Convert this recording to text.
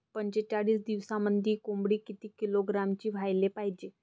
पंचेचाळीस दिवसामंदी कोंबडी किती किलोग्रॅमची व्हायले पाहीजे?